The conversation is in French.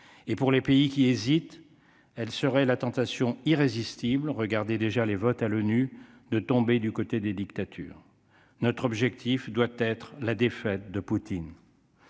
et pour les pays qui hésite, elle serait la tentation irrésistible regardez déjà les votes à l'ONU de tomber du côté des dictatures, notre objectif doit être la défaite de Poutine,